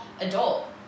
adult